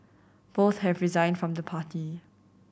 both have resigned from the party